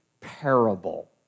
parable